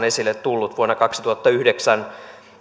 esille tullut vuonna kaksituhattayhdeksän